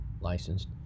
licensed